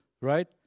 right